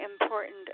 important